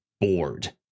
bored